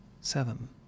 seven